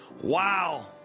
wow